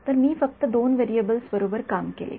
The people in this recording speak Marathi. तर मी फक्त दोन व्हेरिएबल्स बरोबर काम करतो